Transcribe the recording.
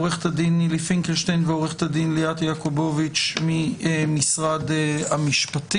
עורכת הדין נילי פינקלשטיין ועורכת הדין ליאת יעקובוביץ ממשרד המשפטים.